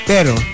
Pero